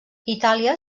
itàlia